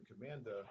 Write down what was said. commander